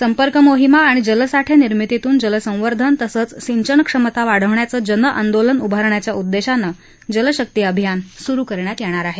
संपर्क मोहिमा आणि जलसाठे निर्मितीतून जलसंवर्धन तसंच सिंचन क्षमता वाढवण्याचं जन आंदोलन उभारण्याच्या उद्देशानं जलशक्ती अभियान सुरु करण्यात येणार आहे